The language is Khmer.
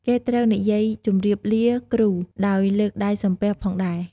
គេត្រូវនិយាយជំរាបលាគ្រូដោយលើកដៃសំពះផងដែរ។